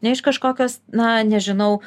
ne iš kažkokios na nežinau